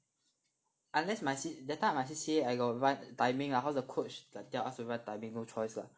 unless my C~ that time my C_C_A I got run timing lah cause the coach tell us to run timing no choice lah